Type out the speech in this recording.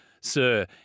sir